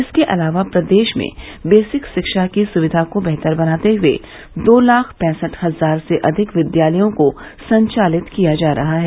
इसके अलावा प्रदेश में बेसिक शिक्षा की सुविधा को बेहतर बनाते हुए दो लाख पैंसठ हजार से अधिक विद्यालयों को संचालित किया जा रहा है